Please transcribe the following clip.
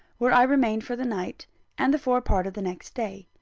where i remained for the night and the forepart of the next day.